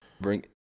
Bring